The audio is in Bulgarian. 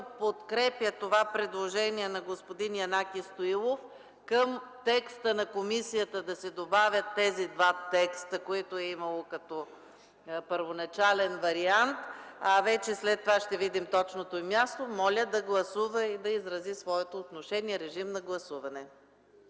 подкрепя това предложение на господин Янаки Стоилов към текста на комисията да се добавят тези два текста, които е имало като първоначален вариант, а след това ще видим точното им място, моля да гласува и да изрази своето отношение. Гласуваме